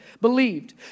believed